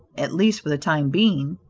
at least for the time being,